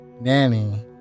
Nanny